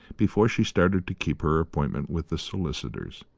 before she started to keep her appointment with the solicitors.